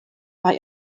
war